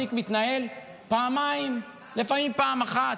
התיק מתנהל בפעמיים, לפעמים פעם אחת.